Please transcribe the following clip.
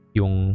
yung